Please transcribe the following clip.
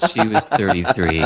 she was thirty three,